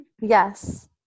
yes